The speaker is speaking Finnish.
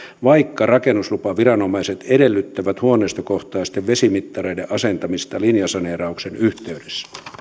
vaikka rakennuslupaviranomaiset edellyttävät huoneistokohtaisten vesimittareiden asentamista linjasaneerauksen yhteydessä